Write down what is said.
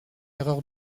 erreur